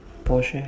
porsche